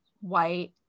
white